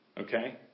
Okay